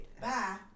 bye